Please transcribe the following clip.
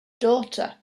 daughter